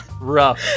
rough